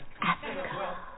Africa